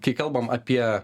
kai kalbam apie